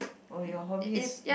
oh your hobby is